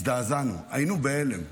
הזדעזענו, היינו בהלם.